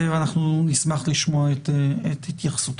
ואנחנו נשמח לשמוע את התייחסותך.